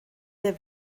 der